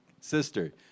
sister